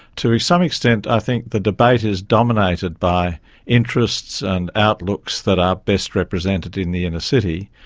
to some extent i think the debate is dominated by interests and outlooks that are best represented in the inner city.